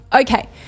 Okay